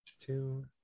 Two